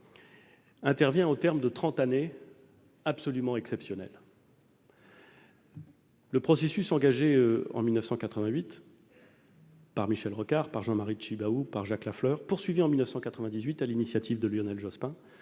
intervient au terme de trente années absolument exceptionnelles. Le processus engagé en 1988 par Michel Rocard, Jean-Marie Tjibaou et Jacques Lafleur, et poursuivi en 1998 sur l'initiative de Lionel Jospin,